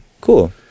Cool